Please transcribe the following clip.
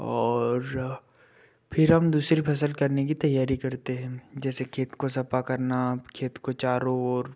और फिर हम दूसरी फ़सल करने की तैयारी करते हैं जैसे खेत को सफ़ा करना खेत को चारों ओर